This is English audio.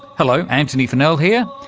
hello, antony funnell here,